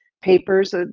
papers